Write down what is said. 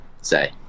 say